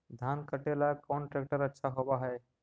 धान कटे ला कौन ट्रैक्टर अच्छा होबा है?